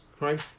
Right